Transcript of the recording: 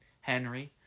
Henry